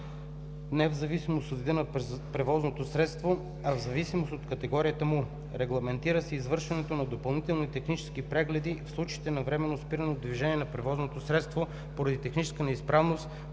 не в зависимост от вида на превозното средство, а в зависимост от категорията му. Регламентира се и извършването на допълнителни технически прегледи в случаите на временно спиране от движение на превозното средство поради техническа неизправност,